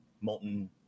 Molten